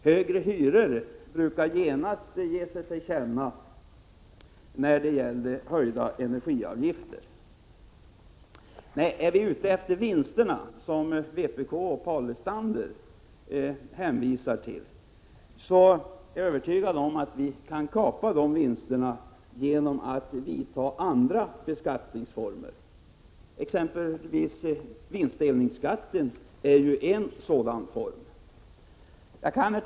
Höjda energiavgifter brukar genast ge sig till känna i form av högre hyror. Paul Lestander och vpk påstår att vi är ute efter vinsterna. Jag är övertygad om att vi kan kapa dem genom andra beskattningsformer. Vinstdelningsskatten exempelvis är en sådan form. Herr talman!